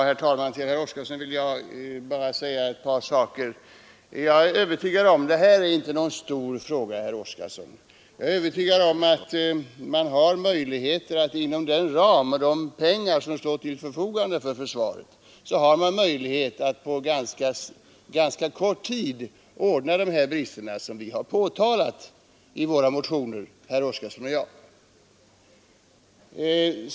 Herr talman! Till herr Oskarson vill jag bara säga ett par saker. Det här är ju inte någon stor fråga, herr Oskarson. Jag är övertygad om att man med de pengar som står till förfogande för försvaret har möjlighet att på ganska kort tid rätta till de här bristerna som herr Oskarson och jag har påtalat i våra motioner angående hemvärnssamariterna.